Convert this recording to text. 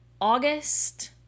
august